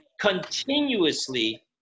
continuously